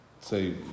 say